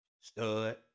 Stud